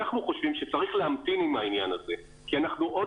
אנחנו חושבים שצריך להמתין עם העניין הזה כי אנחנו עוד